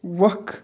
وَکھ